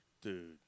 dude